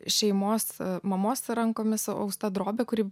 šeimos mamos rankomis austa drobė kuri